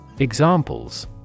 Examples